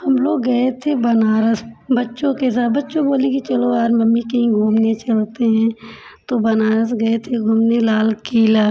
हम लोग गए थे बनारस बच्चों के साथ बच्चों बोले कि चलो यार मम्मी कहीं घूमने चलते हैं तो बनारस गए थे घूमने लाल किला